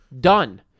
done